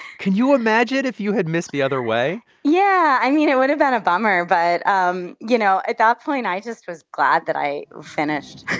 can you imagine if you had missed the other way? yeah. i mean, it would have been a bummer. but, um you know, at that point, i just was glad that i finished